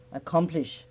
accomplish